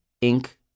ink